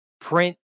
print